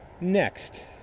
Next